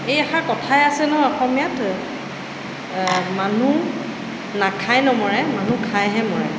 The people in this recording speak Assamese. এই এষাৰ কথাই আছে নহয় অসমীয়াত মানুহ নাখাই নমৰে মানুহ খাইহে মৰে